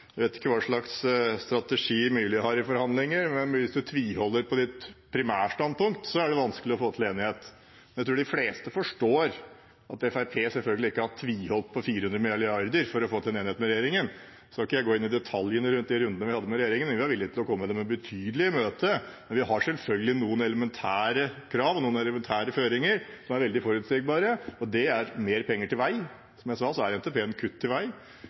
vet ikke hva slags strategi Myrli har i forhandlinger, men hvis en tviholder på sitt primærstandpunkt, er det vanskelig å få til enighet. Men jeg tror de fleste forstår at Fremskrittspartiet selvfølgelig ikke har tviholdt på 400 mrd. kr for å få til en enighet med regjeringen – nå skal ikke jeg gå inn i detaljene i de rundene vi hadde med regjeringen, men vi var villige til å komme dem betydelig i møte – men vi har selvfølgelig noen elementære krav og noen elementære føringer som er veldig forutsigbare. Det handler om mer penger til vei, og som jeg sa, innebærer NTP-en kutt til vei.